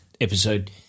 episode